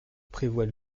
prévoit